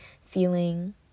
feeling